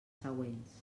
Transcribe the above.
següents